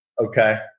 Okay